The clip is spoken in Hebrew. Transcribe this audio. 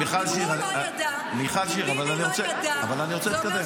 מיכל שיר, אבל אני רוצה להתקדם.